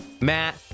Matt